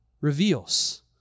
reveals